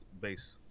base